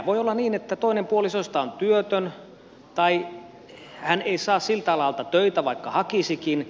voi olla niin että toinen puolisoista on työtön tai hän ei saa siltä alalta töitä vaikka hakisikin